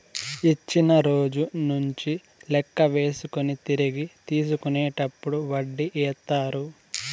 ఇచ్చిన రోజు నుంచి లెక్క వేసుకొని తిరిగి తీసుకునేటప్పుడు వడ్డీ ఏత్తారు